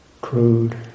crude